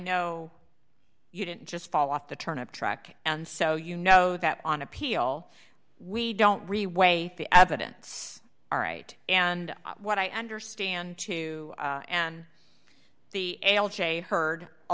know you didn't just fall off the turnip truck and so you know that on appeal we don't really weigh the evidence all right and what i understand too and the heard a